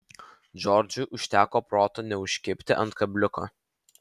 džordžui užteko proto neužkibti ant kabliuko